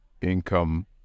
income